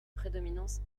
prédominance